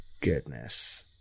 goodness